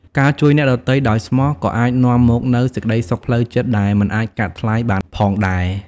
ការជួយអ្នកដទៃដោយស្មោះ ក៏អាចនាំមកនូវសេចក្ដីសុខផ្លូវចិត្តដែលមិនអាចកាត់ថ្លៃបានផងដែរ។